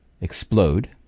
explode